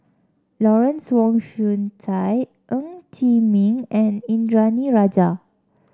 Lawrence Wong Shyun Tsai Ng Chee Meng and Indranee Rajah